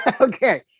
Okay